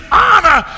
honor